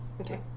Okay